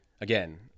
again